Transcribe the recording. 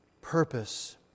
purpose